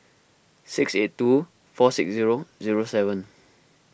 six eight two four six zero zero seven